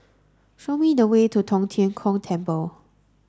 show me the way to Tong Tien Kung Temple